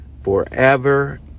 forever